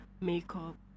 makeup